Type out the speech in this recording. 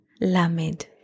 Lamed